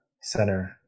Center